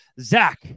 Zach